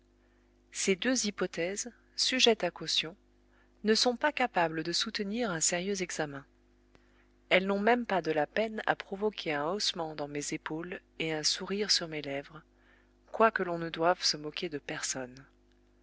ces deux hypothèses sujettes à caution ne sont pas capables de soutenir un sérieux examen elles n'ont même pas de la peine à provoquer un haussement dans mes épaules et un sourire sur mes lèvres quoique l'on ne doive se moquer de personne